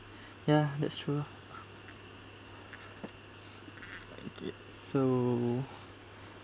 ya that's true okay so